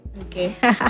Okay